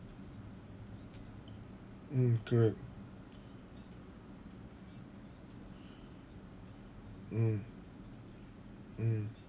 mm correct mm mm